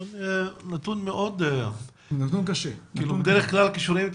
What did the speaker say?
נתון מאוד --- בדרך כלל כשרואים את